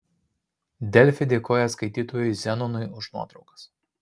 delfi dėkoja skaitytojui zenonui už nuotraukas